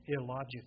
illogical